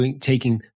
taking